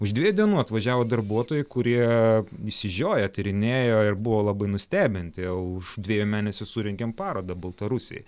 už dviejų dienų atvažiavo darbuotojai kurie išsižioję tyrinėjo ir buvo labai nustebinti o už dviejų mėnesių surengėm parodą baltarusijoj